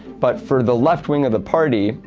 but for the left wing of the party,